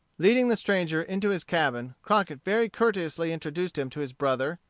leading the stranger into his cabin, crockett very courteously introduced him to his brother,